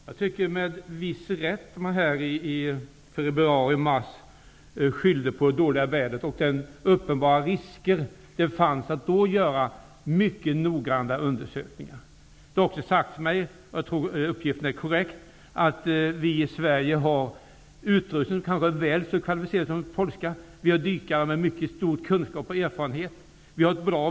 Herr talman! Jag tycker att man med viss rätt skyllde på det dåliga väder som var i februari/mars och på de uppenbara risker som då var förenade med att göra mycket noggranna undersökningar. Det har också sagts mig -- jag tror att uppgiften är korrekt -- att vi i Sverige har utrustning som kanske är väl så kvalificerad som den polska. Vi har också dykare med mycket stora kunskaper och erfarenheter, och vädret är bra.